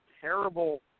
terrible –